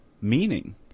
meaning